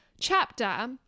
chapter